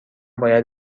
باید